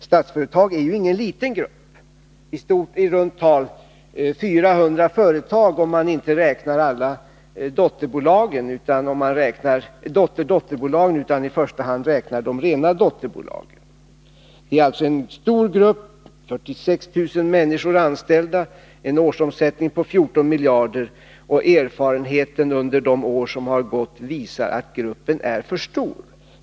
Statsföretag är ju ingen liten grupp — den omfattar i runt tal 400 företag, om man inte räknar alla dotterdotterbolagen, utan i första hand räknar med de rena dotterbolagen. Det är alltså en stor grupp — med 46 000 människor anställda och med en årsomsättning på 14 miljarder. Erfarenheterna under de år som har gått visar att gruppen är för stor.